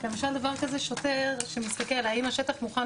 למשל דבר כזה שוטר שמסתכל האם השטח מוכן